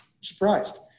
surprised